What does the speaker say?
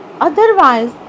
otherwise